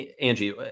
Angie